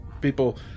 people